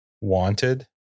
wanted